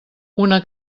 una